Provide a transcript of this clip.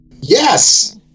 Yes